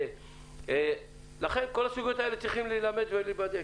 כל הסוגיות צריכות להיבדק.